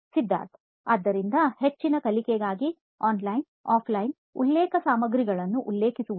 ಸಿದ್ಧಾರ್ಥ್ ಆದ್ದರಿಂದ ಹೆಚ್ಚಿನ ಕಲಿಕೆಗಾಗಿ ಆನ್ಲೈನ್ ಆಫ್ಲೈನ್ ಉಲ್ಲೇಖ ಸಾಮಗ್ರಿಗಳನ್ನು ಉಲ್ಲೇಖಿಸುವುದು